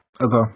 Okay